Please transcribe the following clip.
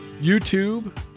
YouTube